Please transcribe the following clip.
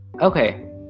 Okay